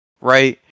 right